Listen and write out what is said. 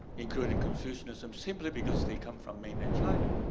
including confucianism simply because they come from mainland china.